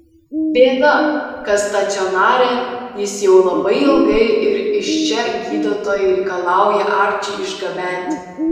bėda kas stacionare jis jau labai ilgai ir iš čia gydytojai reikalauja arčį išgabenti